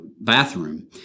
bathroom